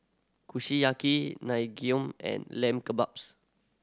Kushiyaki Naengmyeon and Lamb Kebabs